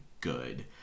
good